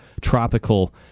tropical